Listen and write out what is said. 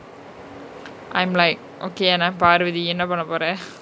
I am like okay and I'm paarvathi என்ன பன்ன போர:enna panna pora